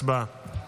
הצבעה.